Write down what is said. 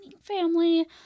family